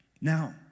Now